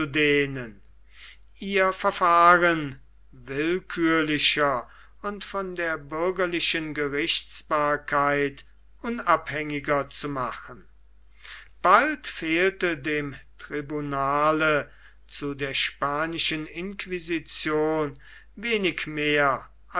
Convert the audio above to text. auszudehnen ihr verfahren willkürlicher und von der bürgerlichen gerichtsbarkeit unabhängiger zu machen bald fehlte dem tribunale zu der spanischen inquisition wenig mehr